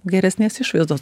geresnės išvaizdos